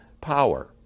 power